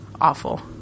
awful